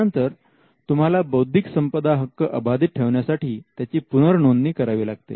त्यानंतर तुम्हाला बौद्धिक संपदा हक्क अबाधित ठेवण्यासाठी त्याची पुनरनोंदणी करावी लागते